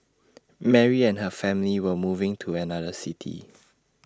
Mary and her family were moving to another city